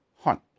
hunt